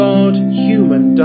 God-human